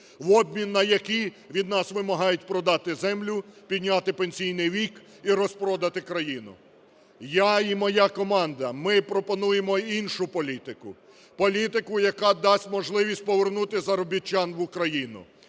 в обмін на які від нас вимагають продати землю, підняти пенсійний вік і розпродати країну. Я і моя команда, ми пропонуємо іншу політику – політику, яка дасть можливість повернути заробітчан в Україну.